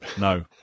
No